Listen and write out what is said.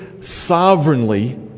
sovereignly